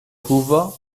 hoover